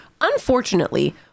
Unfortunately